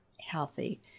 healthy